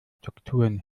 texturen